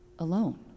Alone